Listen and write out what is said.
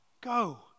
go